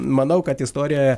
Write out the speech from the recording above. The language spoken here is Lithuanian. manau kad istoriją